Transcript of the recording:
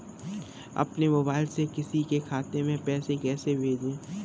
अपने मोबाइल से किसी के खाते में पैसे कैसे भेजें?